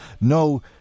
No